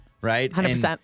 Right